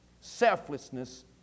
selflessness